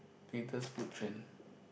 latest food trend